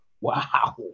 Wow